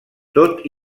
tot